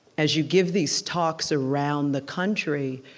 as you give these talks around the country,